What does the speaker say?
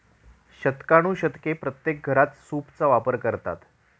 शतकानुशतके प्रत्येक घरात सूपचा वापर करतात